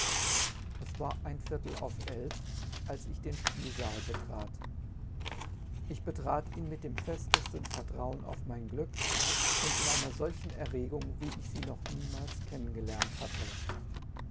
s mar ein ssiertel auf elf als idf ben pielfaal betrat ich betrat tf n mit bem fefteften ssertrauen auf mein lüd unb in einer folgen rregung wie ich fte noch niemals fennengelcrnt hatte